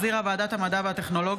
חברת הכנסת מטי התבלבלה ולחצה אצל טטיאנה על